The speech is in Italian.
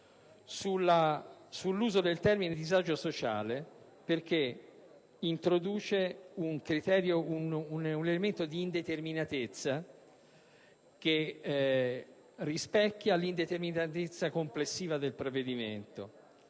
sull'uso del termine «disagio sociale» perché introduce un elemento di indeterminatezza che rispecchia la genericità complessiva del provvedimento.